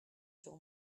sur